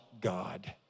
God